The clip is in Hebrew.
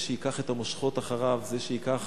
זה שייקח את המושכות אחריו, זה שייקח,